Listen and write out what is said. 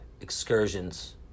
excursions